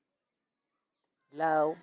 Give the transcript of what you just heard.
ᱞᱟᱹᱣ